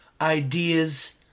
ideas